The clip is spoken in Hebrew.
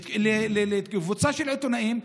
לקבוצה של עיתונאים,